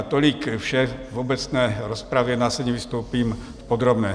Tolik vše v obecné rozpravě, následně vystoupím v podrobné.